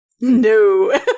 No